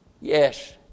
Yes